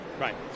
Right